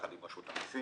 על חשבונות פיננסים